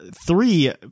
three